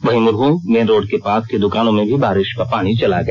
वही मुरह main road के पास की द्रकानों में भी बारिश का पानी चला गया